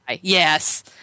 Yes